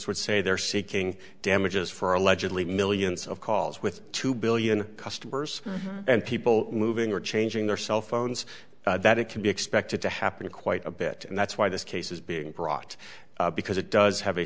would say they're seeking damages for allegedly millions of calls with two billion customers and people moving or changing their cell phones that it can be expected to happen quite a bit and that's why this case is being brought because it does have a